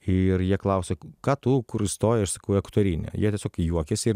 ir jie klausia ką tu kur įstojai aš sakau į aktorinį jie tiesiog juokėsi ir